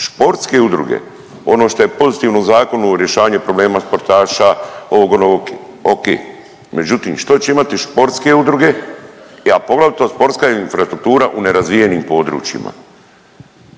športske udruge? Ono što je pozitivno u zakonu rješavanje problema sportaša, ovog, onog, o.k. Međutim što će imati športske udruge, a poglavito sportska infrastruktura u nerazvijenim područjima.